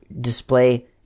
display